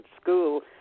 school